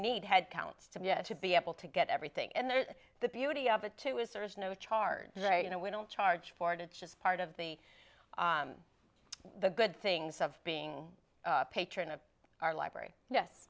need headcounts to be yet to be able to get everything in there the beauty of it too is there is no charge there you know we don't charge for it it's just part of the the good things of being a patron of our library yes